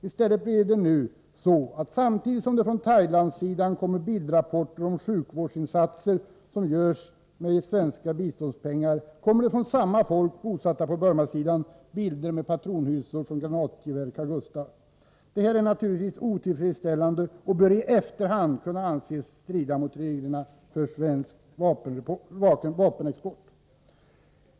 I stället blev det nu så, att samtidigt som det från Thailandssidan kommer bildrapporter om sjukvårdsinsatser som görs med svenska biståndspengar, kommer det från samma folk bosatta på Burmasidan bilder med patronhylsor från granatgeväret Carl Gustaf. Detta förhållande är naturligtvis otillfredsställande och bör i efterhand kunna anses strida mot reglerna för svensk vapenexport.